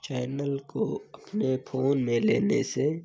channel को अपने phone में लेने से